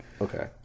Okay